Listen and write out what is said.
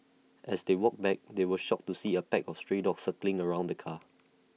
as they walked back they were shocked to see A pack of stray dogs circling around the car